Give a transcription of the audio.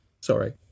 sorry